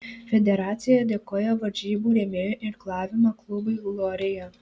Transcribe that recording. federacija dėkoja varžybų rėmėjui irklavimo klubui glorija